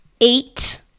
Eight